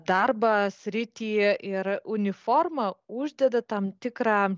darbą sritį ir uniforma uždeda tam tikrą